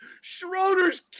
Schroeder's